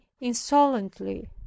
insolently